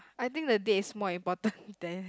I think the date is more important than